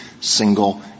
single